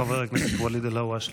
חבר הכנסת ואליד אלהואשלה.